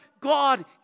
God